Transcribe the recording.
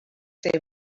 save